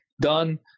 done